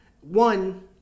one